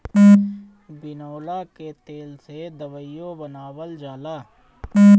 बिनौला के तेल से दवाईओ बनावल जाला